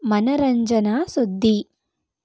ಮನೋರಂಜನಾ ಸುದ್ದಿ